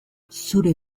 zure